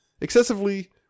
excessively